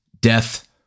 death